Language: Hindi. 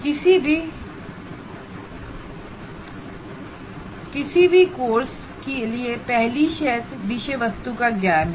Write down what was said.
किसी भी कोर्स के लिए पहली शर्त विषय वस्तु का ज्ञान है